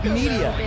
media